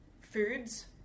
foods